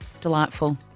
delightful